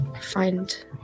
find